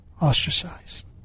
ostracized